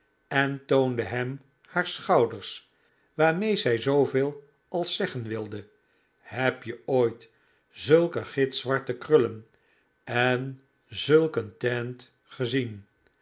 en toonde hern haar schouders waarmee zij zooveel als zeggen wilde heb je ooit zulke gitzwarte krullen en zulk een teint gezien